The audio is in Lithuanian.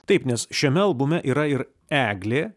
taip nes šiame albume yra ir eglė